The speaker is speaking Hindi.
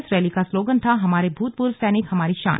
इस रैली का स्लोगन था हमारे भूतपूर्व सैनिक हमारी शान